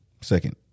Second